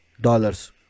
dollars